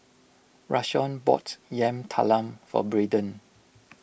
Rashawn bought Yam Talam for Braden